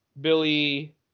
Billy